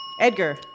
Edgar